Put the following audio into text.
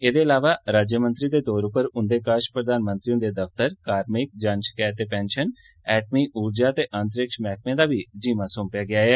एह्दे अलावा राज्यमंत्री दे तौर उप्पर उन्दे कश प्रधानमंत्री हुन्दे दफतर कार्मिक जन शकैत ते पैंशन एटमी ऊर्जा ते अंतरिक्ष मैह्कमें दा बी जिम्मा सौंपेआ गेआ ऐ